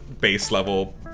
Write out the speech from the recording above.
base-level